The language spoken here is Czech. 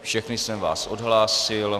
Všechny jsem vás odhlásil.